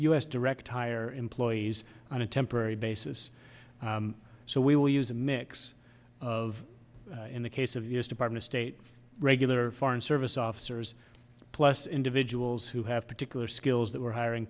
us direct hire employees on a temporary basis so we will use a mix of in the case of us department state regular foreign service officers plus individuals who have particular skills that we're hiring